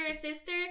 sister